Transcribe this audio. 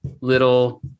little